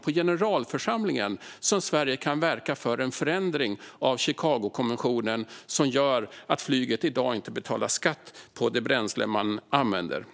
på generalförsamlingen, Magdalena Andersson, som Sverige kan verka för en förändring av Chicagokonventionen, vilken gör att flyget i dag inte betalar skatt på det bränsle man använder.